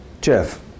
Jeff